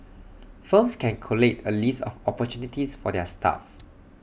firms can collate A list of opportunities for their staff